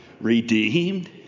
redeemed